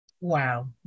Wow